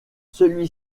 celui